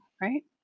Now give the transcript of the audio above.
right